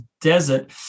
desert